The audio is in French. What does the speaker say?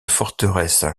forteresse